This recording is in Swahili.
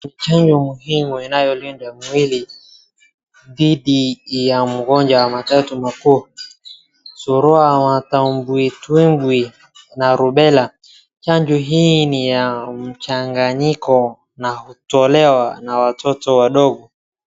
Chanjo hii inayo linda mwili dhidi ya magonjwa matatu makuu, surua, matumbwitumbwi na rubela. Chanjo hii ni ya mchanganyiko na hutolewa na watoto wadogo.